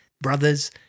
brothers